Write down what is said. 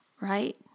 right